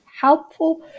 helpful